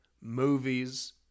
movies